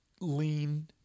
lean